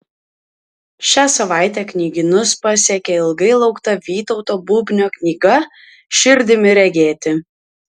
šią savaitę knygynus pasiekė ilgai laukta vytauto bubnio knyga širdimi regėti